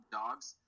dogs